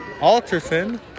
Alterson